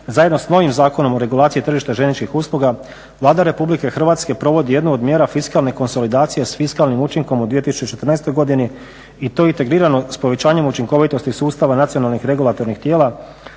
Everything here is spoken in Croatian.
zajedno sa novim Zakonom o regulaciji tržišta željezničkih usluga Vlada Republike Hrvatske provodi jednu od mjera fiskalne konsolidacije s fiskalnim učinkom u 2014. godini i to integrirano s povećanjem učinkovitosti sustava nacionalnih regulatornih tijela